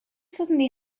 suddenly